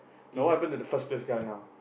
then what happen to the first place guy now